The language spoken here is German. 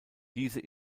diese